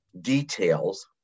details